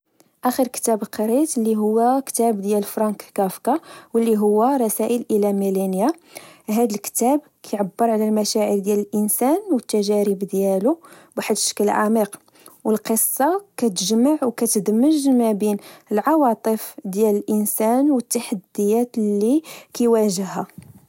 أخر كتاب قريت لهوا كتاب ديال فرانك كافكا واللهوا رسائل إلى ملينيا، هاد الكتاب كعبر على المشاعر ديال الإنسان والتجارب ديالو بواحد الشكل عميق والقصة كتجمع وكتدمج مبين العواطف ديال الإنسان و التحديات اللي كواجها